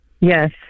Yes